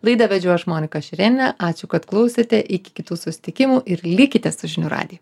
laidą vedžiau aš monika šerėnienė ačiū kad klausėte iki kitų susitikimų ir likite su žinių radiju